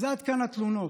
אז עד כאן התלונות.